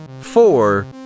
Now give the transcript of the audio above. four